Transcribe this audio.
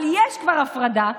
אבל יש כבר הפרדה,